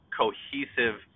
cohesive